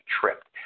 tripped